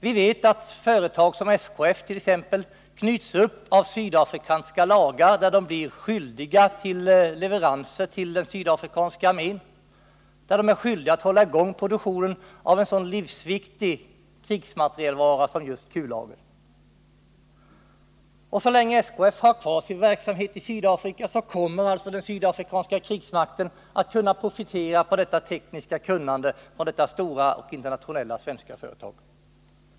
Vi vet att företag som SKF knyts upp av sydafrikanska lagar enligt vilka de är skyldiga att leverera till den sydafrikanska armén, att hålla i gång produktionen av en sådan livsviktig krigsmaterielvara som just kullager. Så länge SKF har kvar sin verksamhet i Sydafrika kommer den sydafrikanska krigsmakten att kunna profitera på det tekniska kunnandet hos detta stora svenska företag med internationell verksamhet.